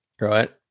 right